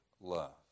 love